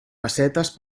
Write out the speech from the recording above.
pessetes